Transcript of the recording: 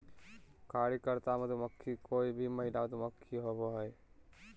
कार्यकर्ता मधुमक्खी कोय भी महिला मधुमक्खी होबो हइ